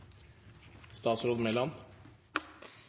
statsråd